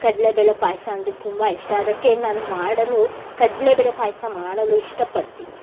ಕಡ್ಲೆಬೇಳೆ ಪಾಯಸ ಅಂದರೆ ತುಂಬ ಇಷ್ಟ ಅದಕ್ಕೆ ನಾನು ಮಾಡಲು ಕಡ್ಲೆಬೇಳೆ ಪಾಯಸ ಮಾಡಲು ಇಷ್ಟಪಡ್ತೀನಿ